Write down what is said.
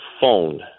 phone